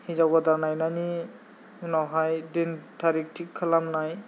हिनजाव गोदान नायनायनि उनावहाय दिन थारिख थिग खालामनाय